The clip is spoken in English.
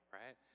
right